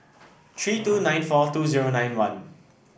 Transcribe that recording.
three two nine four two zero nine one